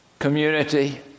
community